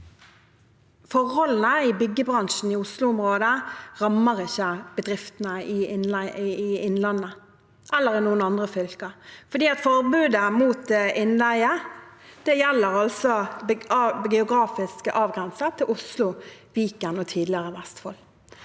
forholdene i byggebransjen i Oslo-området ikke rammer bedriftene i Innlandet eller i noen andre fylker, for forbudet mot innleie er geografisk avgrenset til Oslo, Viken og tidligere Vestfold.